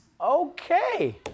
Okay